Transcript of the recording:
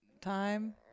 time